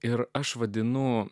ir aš vadinu